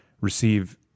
receive